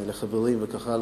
לחברים וכך הלאה,